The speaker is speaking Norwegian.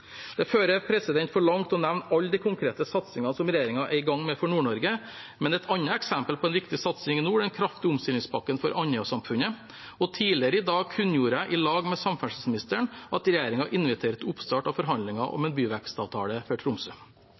Det fører for langt å nevne alle de konkrete satsingene som regjeringen er i gang med for Nord-Norge, men et annet eksempel på en viktig satsing i nord er den kraftige omstillingspakken for Andøya-samfunnet. Tidligere i dag kunngjorde jeg, sammen med samferdselsministeren, at regjeringen inviterer til oppstart av forhandlinger om en byvekstavtale for Tromsø.